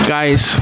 Guys